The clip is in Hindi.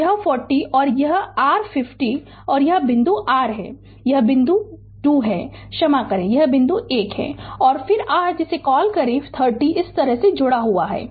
तो यह 40 है और यह r 50 है और यह बिंदु r है यह बिंदु 2 है क्षमा करें यह बिंदु 1 है और फिर r जिसे कॉल करें 30 इस तरह से जुड़ा हुआ है